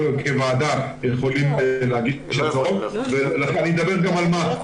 כל ועדה יכולה להגיש הצעות חוק ואני אדבר גם על מה,